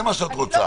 זה מה שאת רוצה.